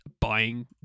buying